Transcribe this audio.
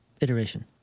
iteration